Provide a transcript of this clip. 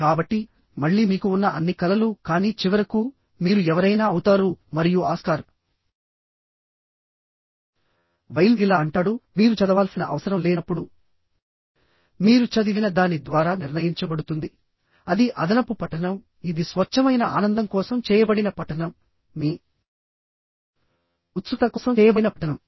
కాబట్టి మళ్ళీ మీకు ఉన్న అన్ని కలలు కానీ చివరకు మీరు ఎవరైనా అవుతారు మరియు ఆస్కార్ వైల్డ్ ఇలా అంటాడు మరియు చివరకు ఎవరైనా అవడం అనేది మీరు చదవాల్సిన అవసరం లేనప్పుడు మీరు చదివిన దాని ద్వారా నిర్ణయించబడుతుందిఅది అదనపు పఠనంఇది స్వచ్ఛమైన ఆనందం కోసం చేయబడిన పఠనంమీ ఉత్సుకత కోసం చేయబడిన పఠనం